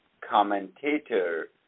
commentator